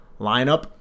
lineup